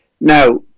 Now